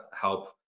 help